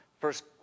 First